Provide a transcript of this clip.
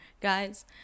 guys